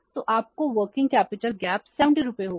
तो आपकी working capital gap 70 रुपये होगी